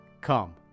come